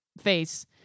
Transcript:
face